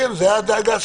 תודה.